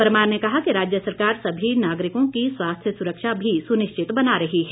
परमार ने कहा कि राज्य सरकार सभी नागरिकों की स्वास्थ्य सुरक्षा भी सुनिश्चित बना रही है